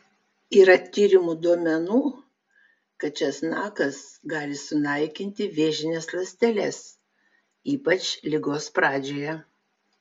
yra tyrimų duomenų kad česnakas gali sunaikinti vėžines ląsteles ypač ligos pradžioje